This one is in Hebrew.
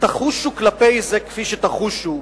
תחושו כלפי זה כפי שתחושו,